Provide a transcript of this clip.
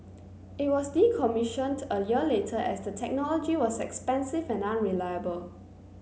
it was decommissioned a year later as the technology was expensive and unreliable